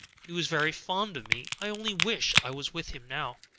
he was very fond of me. i only wish i was with him now